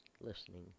listening